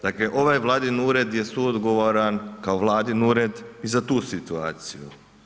Dakle ovaj Vladin ured je suodgovoran kao Vladin ured i za tu situaciju.